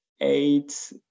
eight